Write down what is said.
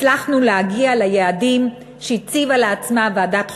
הצלחנו להגיע ליעדים שהציבה לעצמה ועדת חורב,